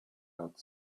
out